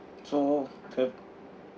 so okay